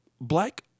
black